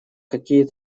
какие